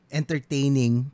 entertaining